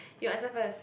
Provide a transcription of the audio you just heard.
you answer first